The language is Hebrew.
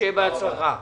שיהיה בהצלחה.